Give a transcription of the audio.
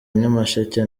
nyamasheke